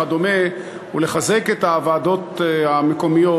ולחזק את הוועדות המקומיות,